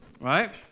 right